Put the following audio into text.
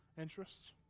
interests